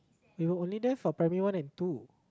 they were only there for primary one and two